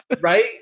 Right